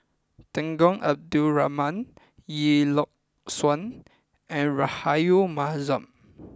Temenggong Abdul Rahman Lee Yock Suan and Rahayu Mahzam